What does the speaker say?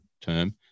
term